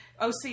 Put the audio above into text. OC